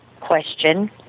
question